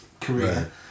career